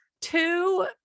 Two